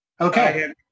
Okay